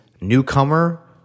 newcomer